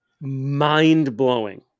mind-blowing